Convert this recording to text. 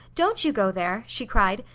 don't you go there, she cried.